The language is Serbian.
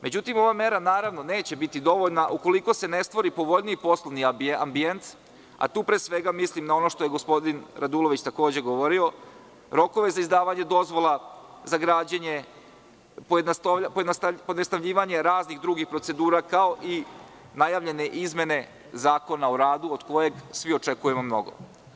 Međutim, ova mera neće biti dovoljna ukoliko se ne stvori povoljniji poslovni ambijent, a tu pre svega mislim na ono što je gospodin Radulović takođe govorio, rokovi za izdavanje dozvola za građenje, pojednostavljanje raznih drugih procedura kao i najavljene izmene Zakona o radu od kojeg svi očekujemo mnogo.